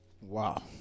Wow